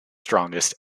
strongest